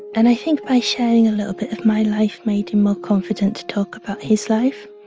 and i think by sharing a little bit of my life made him more confident to talk about his life.